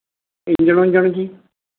engine ਉੰਜਣ ਜੀ